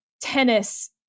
tennis